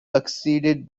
succeeded